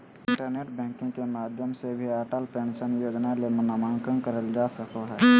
internet banking के माध्यम से भी अटल पेंशन योजना ले नामंकन करल का सको हय